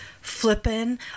flipping